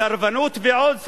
סרבנות ועד סרבנות,